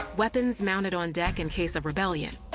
weapons mounted on deck in case of rebellion,